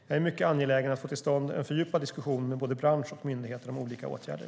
Jag är mycket angelägen om att få till stånd en fördjupad diskussion med både bransch och myndigheter om olika åtgärder.